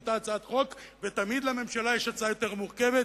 אותה הצעת חוק ותמיד לממשלה יש הצעה יותר מורכבת?